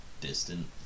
distant